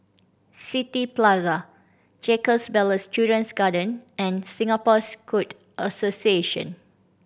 City Plaza Jacob Ballas Children's Garden and Singapore Scout Association